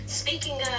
speaking